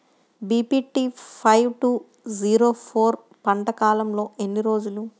BPT five two zero four పంట కాలంలో ఎన్ని రోజులు?